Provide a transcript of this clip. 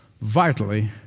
vitally